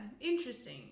interesting